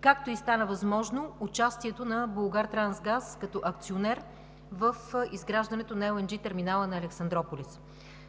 както и стана възможно участието на „Булгартрансгаз“ като акционер в изграждането на „ЕлЕнДжи терминала“ на Александруполис.